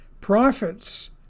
Profits